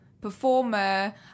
performer